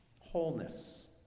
wholeness